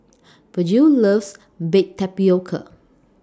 Virgil loves Baked Tapioca